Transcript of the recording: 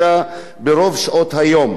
במיוחד עובדים בענף הבנייה,